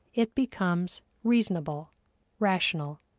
it becomes reasonable rational.